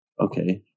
Okay